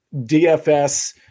DFS